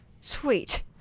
Sweet